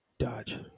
Dodge